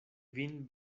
vin